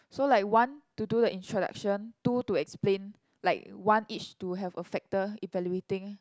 so like one to do the introduction two to explain like one each to have a factor evaluating